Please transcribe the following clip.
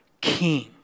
king